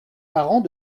parent